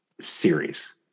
series